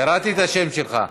קראתי את השם שלך.